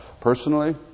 Personally